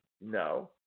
No